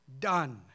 done